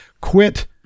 quit